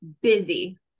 busy